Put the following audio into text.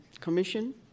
commission